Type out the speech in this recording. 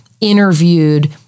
interviewed